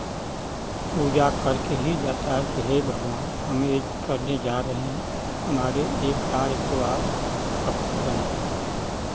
पूजा करके ही जाता है कि हे भगवान हम ये करने जा रहे हैं हमारे ये कार्य को आप सफल बनाएँ